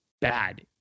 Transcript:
bad